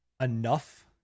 enough